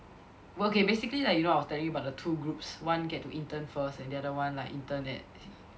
okay basically like you know I was telling you about the two groups one get to intern first and the other one like intern at